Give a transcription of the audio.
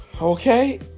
Okay